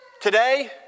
today